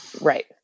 Right